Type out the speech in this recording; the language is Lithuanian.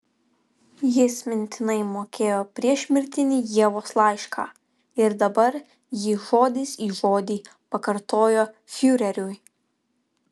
jis mintinai mokėjo priešmirtinį ievos laišką ir dabar jį žodis į žodį pakartojo fiureriui